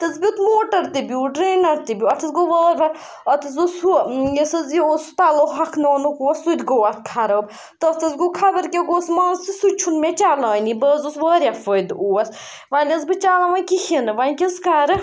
تَس بیوٗٹھ موٹَر تہِ بیوٗٹھ ڈرٛینَر تہِ بیوٗٹھ اَتھ حظ گوٚو وار وار اَتھ اوس ہُہ یَس حظ یہِ اوس پَلو ہۄکھناونُک اوس سُہ تہِ گوٚو اَتھ خراب تَتھ حظ گوٚو خبر کیٛاہ گوس منٛز تہٕ سُہ تہِ چھُنہٕ مےٚ چَلٲنی بہٕ حظ اوس واریاہ فٲیِدٕ اوس وۄنۍ ٲسٕس بہٕ چَلاوان کِہیٖنۍ نہٕ وۄنۍ کیٛاہ حظ کَرٕ